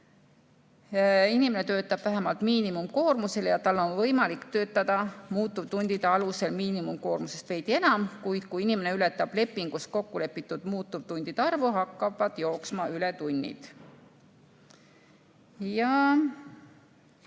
Inimene töötab vähemalt miinimumkoormusega ja tal on võimalik töötada muutuvtundide alusel miinimumkoormusest veidi enam. Kui inimene ületab lepingus kokkulepitud muutuvtundide arvu, hakkab jooksma ületundide